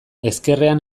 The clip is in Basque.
ezkerrean